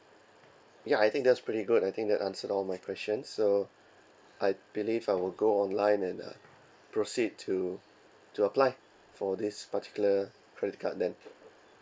ya I think that's pretty good I think that answered all my questions so I believe I will go online and uh proceed to to apply for this particular credit card then